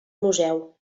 museu